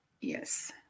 Yes